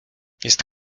jest